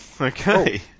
Okay